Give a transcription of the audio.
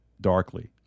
darkly